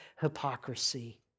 hypocrisy